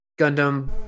Gundam